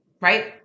right